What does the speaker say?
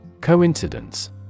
Coincidence